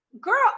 Girl